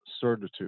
certitude